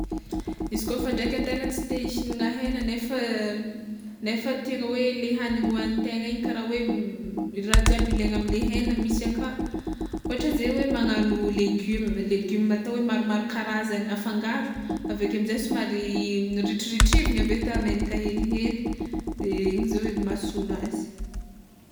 Izy kôfa ndraiky antegna tsy te ihignana hegna nefa nefa tegna hoe le hagniny hoagnintegna igny kara hoe raha jiaby ilaigny amle hegna misy aka, ôhatra zay hoe magnagno legioma atao hoe maromaro karazany afangaro aveke amizay somary ritriritrivina aveo atao menaka helihely, igny zao hoe mahasolo azy.